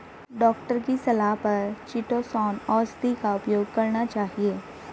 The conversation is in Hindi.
डॉक्टर की सलाह पर चीटोसोंन औषधि का उपयोग करना चाहिए